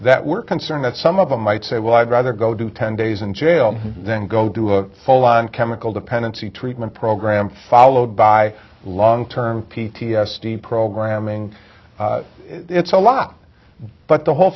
that we're concerned that some of them might say well i'd rather go do ten days in jail then go do a full on chemical dependency treatment program followed by long term p t s d programming it's a lot but the whole